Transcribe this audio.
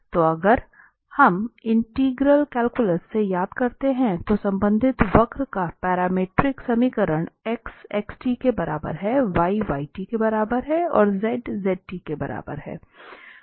तो अगर हम इंटीग्रल कैलकुलस से याद करते हैं तो संबंधित वक्र का पैरामीट्रिक समीकरण x xके बराबर है y y के बराबर है और z z के बराबर है